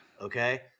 Okay